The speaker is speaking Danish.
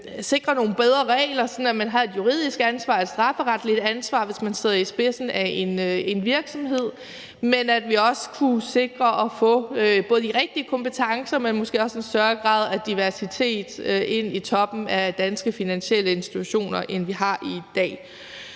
sikre nogle bedre regler, sådan at man har et juridisk ansvar, et strafferetligt ansvar, hvis man står i spidsen for en virksomhed, og på den anden side kunne sikre at få både de rigtige kompetencer og måske også en større grad af diversitet ind i toppen af danske finansielle institutioner, end vi har i dag.